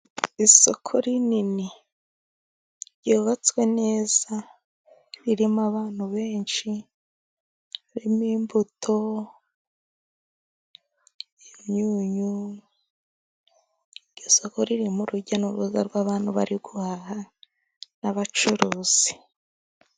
Isoko rinini ryubatswe neza, ririmo abantu benshi, ririmo imbuto, imyunyu, iryo soko ririmo urujya n'uruza rw'abantu bari guhaha n'abacuruzi.